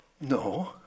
No